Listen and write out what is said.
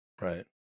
right